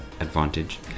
advantage